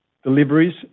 Deliveries